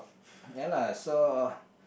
ya lah so